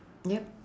yup